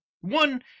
one